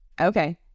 Okay